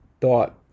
thought